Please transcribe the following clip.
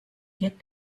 get